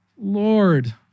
Lord